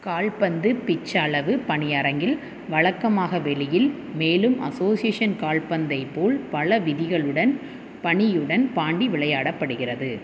கால்பந்து பிட்ச் அளவு பனி அரங்கில் வழக்கமாக வெளியில் மேலும் அசோசியேஷன் கால்பந்தை போல் பல விதிகளுடன் பனியுடன் பாண்டி விளையாடப்படுகிறது